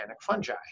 fungi